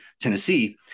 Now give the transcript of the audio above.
Tennessee